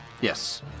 Yes